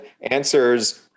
answers